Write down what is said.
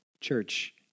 Church